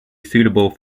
suitable